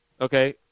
Okay